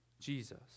Jesus